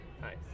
Nice